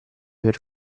per